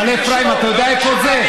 מעלה אפרים, אתה יודע איפה זה?